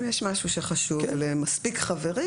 אם יש משהו שחשוב למספיק חברים,